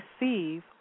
receive